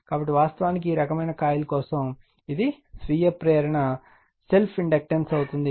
కాబట్టి వాస్తవానికి ఈ రకమైన కాయిల్ కోసం ఇది స్వీయ ప్రేరణ సెల్ఫ్ఇండక్టెన్స్ అవుతుంది